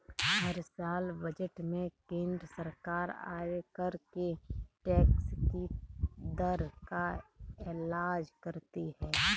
हर साल बजट में केंद्र सरकार आयकर के टैक्स की दर का एलान करती है